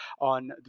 on